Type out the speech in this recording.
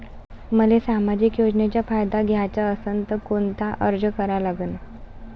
मले सामाजिक योजनेचा फायदा घ्याचा असन त कोनता अर्ज करा लागन?